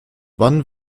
wann